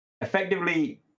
effectively